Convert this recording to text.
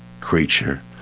creature